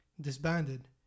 disbanded